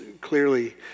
clearly